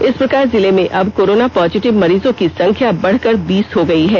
इस प्रकार जिले में अब कोरोना पॉजिटिव मरीजों की संख्या बढकर बीस हो गई है